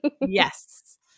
Yes